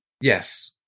yes